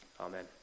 Amen